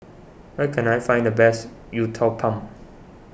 where can I find the best Uthapam